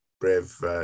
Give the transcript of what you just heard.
brave